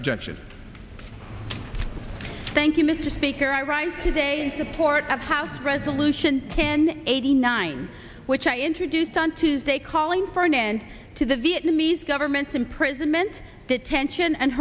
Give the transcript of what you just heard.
objection thank you mr speaker i rise today support of house resolution ten eighty nine which i introduced on tuesday calling for an end to the vietnamese government's imprisonment detention and